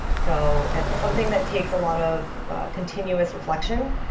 so it's something that takes a lot of continuous reflection.